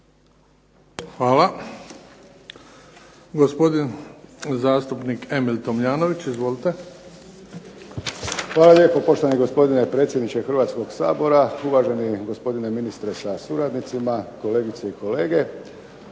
(HDZ)** Hvala. Gospodin zastupnik Emil Tomljanović. Izvolite. **Tomljanović, Emil (HDZ)** Hvala lijepo poštovani gospdine predsjedniče Hrvatskog sabora, uvaženi gospodine ministre sa suradnicima, kolegice i kolege.